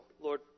Lord